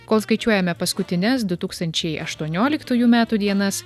kol skaičiuojame paskutines du tūkstančiai aštuonioliktųjų metų dienas